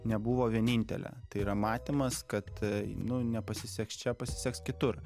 nebuvo vienintelė tai yra matymas kad nu nepasiseks čia pasiseks kitur